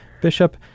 Bishop